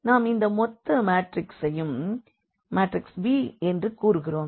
நாம் இந்த மொத்த மாற்றிக்ஸையும் b என்று கூறுகிறோம்